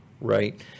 right